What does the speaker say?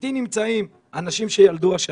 אתי נמצאים אנשים שילדו השנה,